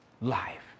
life